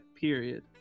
period